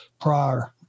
prior